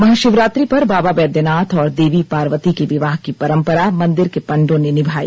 महाशिवरात्रि पर बाबा बैद्यनाथ और देवी पार्वती के विवाह की परंपरा मंदिर के पंडों ने निभाई